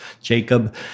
Jacob